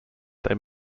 they